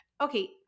okay